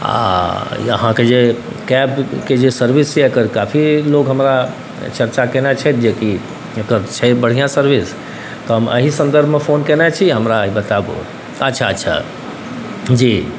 आओर अहाँके जे कैबके जे सर्विस अइ काफी लोक हमरा चर्चा कएने छथि जेकि एकर छै बढ़िआँ सर्विस तऽ हम अही सन्दर्भमे फोन कएने छी हमरा ई बताबू अच्छा अच्छा जी